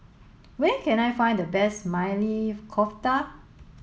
where can I find the best Maili Kofta